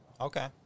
Okay